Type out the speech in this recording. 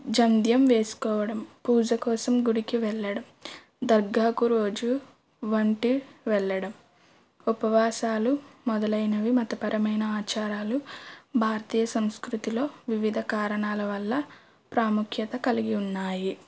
జంధ్యం వేసుకోవడం పూజ కోసం గుడికి వెళ్ళడం దర్గాకు రోజు వంటి వెళ్ళడం ఉపవాసాలు మొదలైనవి మతపరమైన ఆచారాలు భారతీయ సంస్కృతిలో వివిధ కారణాల వల్ల ప్రాముఖ్యత కలిగి ఉన్నాయి